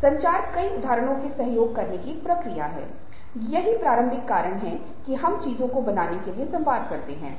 संचार कई उदाहरणों में सहयोग करने की एक प्रक्रिया है यही प्रारंभिक कारण है कि हम चीजों को बनाने के लिए संवाद करते हैं